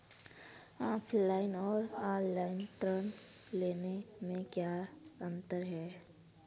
Offline और online ऋण लेने में क्या अंतर है?